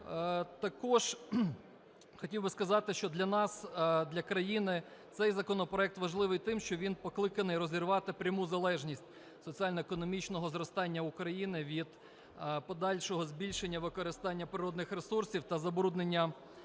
Також хотів би сказати, що для нас, для країни цей законопроект важливий тим, що він покликаний розірвати пряму залежність соціально-економічного зростання України від подальшого збільшення використання природних ресурсів та забруднення довкілля.